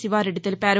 శివారెడ్డి తెలిపారు